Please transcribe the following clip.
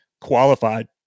qualified